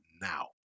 now